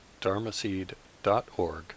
dharmaseed.org